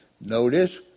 Notice